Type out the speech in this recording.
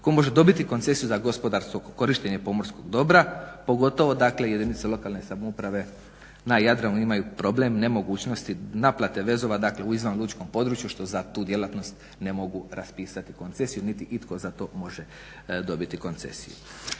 tko može dobiti koncesiju za gospodarsko korištenje pomorskog dobra, pogotovo dakle jedinice lokalne samouprave na Jadranu imaju problem nemogućnosti naplate vezova, dakle u izvan lučkom području što za tu djelatnost ne mogu raspisati koncesiju niti itko za to može dobiti koncesiju.